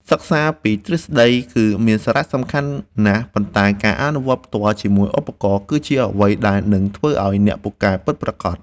សិក្សាពីទ្រឹស្តីគឺមានសារៈសំខាន់ណាស់ ប៉ុន្តែការអនុវត្តផ្ទាល់ជាមួយឧបករណ៍គឺជាអ្វីដែលនឹងធ្វើឱ្យអ្នកពូកែពិតប្រាកដ។